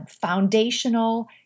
foundational